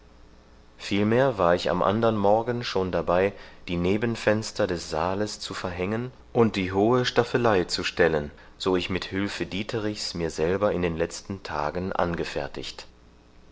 vielmehr war ich am andern morgen schon dabei die nebenfenster des saales zu verhängen und die hohe staffelei zu stellen so ich mit hülfe dieterichs mir selber in den letzten tagen angefertigt